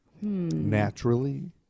Naturally